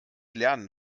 lernen